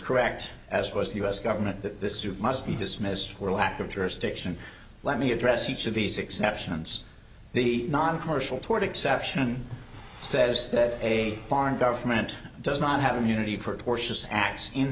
correct as was the u s government that this suit must be dismissed for lack of jurisdiction let me address each of these exceptions the noncommercial toward exception says that a foreign government does not have immunity for tortious acts in